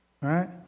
right